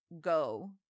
go